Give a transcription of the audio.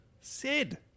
sid